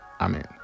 amen